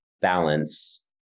Balance